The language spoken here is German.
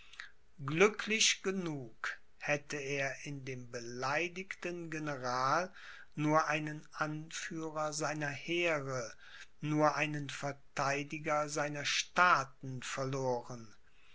glücklich genug hätte er in dem beleidigten general nur einen anführer seiner heere nur einen vertheidiger seiner staaten verloren